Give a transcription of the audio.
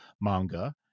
manga